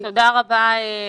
תודה רבה, אליה,